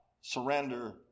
surrender